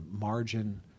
margin